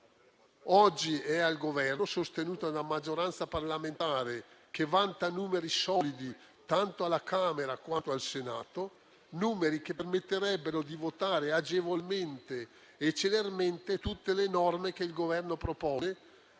Oggi è al Governo, sostenuta da una maggioranza parlamentare che vanta numeri solidi, tanto alla Camera quanto al Senato, numeri che permetterebbero di votare agevolmente e celermente tutte le norme che il Governo propone,